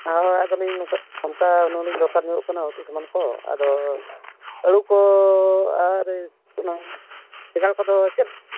ᱦᱚᱭ ᱟᱫᱚᱞᱤᱧ ᱚᱱᱠᱟ ᱩᱱᱟᱹᱜᱞᱤᱧ ᱫᱚᱨᱠᱟᱨᱧᱚᱜᱚ ᱠᱟᱱᱟ ᱩᱛᱩ ᱥᱟᱢᱟᱱᱠᱚ ᱟᱫᱚ ᱟᱹᱲᱩᱠᱚ ᱟᱨ ᱚᱱᱮ ᱵᱮᱸᱜᱟᱲᱠᱚᱫᱚ